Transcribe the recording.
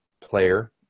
Player